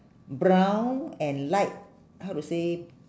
brown and light how to say